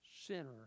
sinner